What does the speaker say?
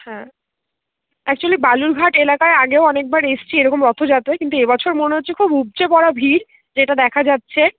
হ্যাঁ অ্যাকচুয়ালি বালুরঘাট এলাকায় আগেও অনেকবার এসেছি এরকম রথযাত্রায় কিন্তু এবছর মনে হচ্ছে খুব উপচে পড়া ভিড় যেটা দেখা যাচ্ছে